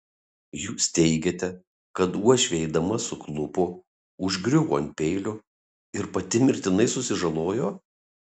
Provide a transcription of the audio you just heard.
jūs teigiate kad uošvė eidama suklupo užgriuvo ant peilio ir pati mirtinai susižalojo